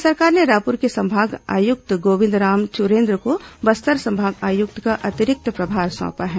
राज्य सरकार ने रायपुर के संभाग आयुक्त गोविंद राम चुरेन्द्र को बस्तर संभाग आयुक्त का अतिरिक्त प्रभार सौंपा है